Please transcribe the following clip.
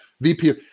VP